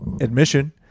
admission